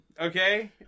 Okay